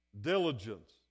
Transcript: diligence